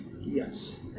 Yes